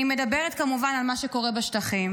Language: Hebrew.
אני מדברת כמובן על מה שקורה בשטחים.